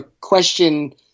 question